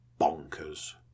bonkers